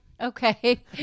Okay